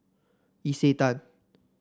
isetan